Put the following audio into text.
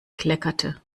kleckerte